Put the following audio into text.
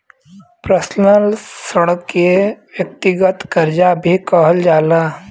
personal ऋण के व्यक्तिगत करजा भी कहल जाला